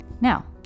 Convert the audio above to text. Now